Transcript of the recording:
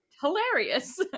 hilarious